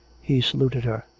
he saluted her.